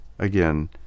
Again